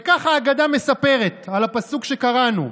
וכך האגדה מספרת על הפסוק שקראנו,